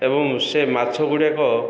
ଏବଂ ସେ ମାଛ ଗୁଡ଼ାକ